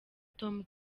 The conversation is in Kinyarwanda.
tom